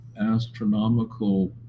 astronomical